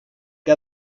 que